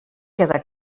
queda